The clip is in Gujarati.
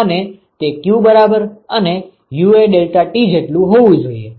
અને તે q બરાબર અને UA ડેલ્ટા T જેટલુ હોવું જોઈએ